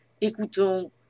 écoutons «